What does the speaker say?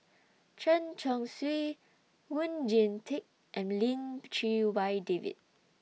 Chen Chong Swee Oon Jin Teik and Lim Chee Wai David